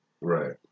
right